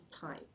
time